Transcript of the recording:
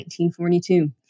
1942